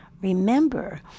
remember